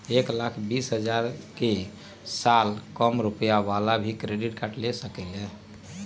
एक लाख बीस हजार के साल कम रुपयावाला भी क्रेडिट कार्ड ले सकली ह?